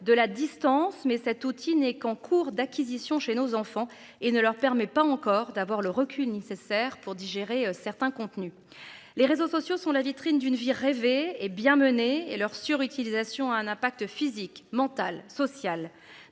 de la distance mais cet outil n'est qu'en cours d'acquisition chez nos enfants et ne leur permet pas encore d'avoir le recul nécessaire pour digérer certains contenus. Les réseaux sociaux sont la vitrine d'une vie rêvée hé bien mené et leur sur-utilisation a un impact physique, mentale sociale